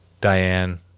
Diane